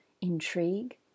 intrigue